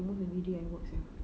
almost everyday I work sia